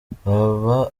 baba